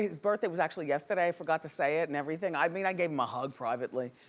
his birthday was actually yesterday, i forgot to say it and everything. i mean, i gave him a hug privately.